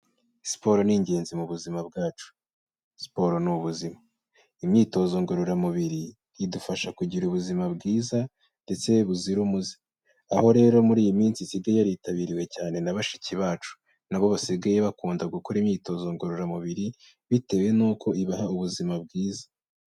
Siporo ni ingenzi mu buzima bwacu. Siporo ni ubuzima. Imyitozo ngororamubiri idufasha kugira ubuzima bwiza ndetse buzira umuze, aho rero muri iyi minsi isigaye yaritabiriwe cyane na bashiki bacu, nabo basigaye bakunda gukora imyitozo ngororamubiri bitewe nuko ibaha ubuzima bwiza.